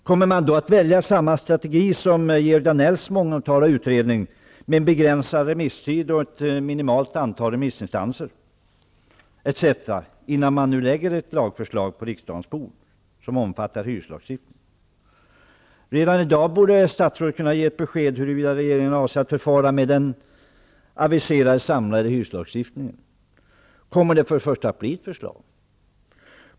Kommer man då att välja samma strategi som för Georg Danells mångomtalade utredning, med begränsad remisstid och ett minimalt antal remissinstanser, innan man på riksdagens bord lägger fram ett lagförslag som omfattar hyreslagstiftningen? Redan i dag borde statsrådet kunna ge ett besked om hur regeringen avser att förfara med den aviserade samlade hyreslagstiftningen. Kommer det att bli något förslag?